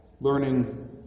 learning